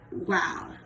wow